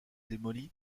démoli